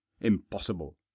impossible